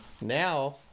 now